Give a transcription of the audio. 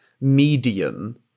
medium